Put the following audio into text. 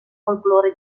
folklore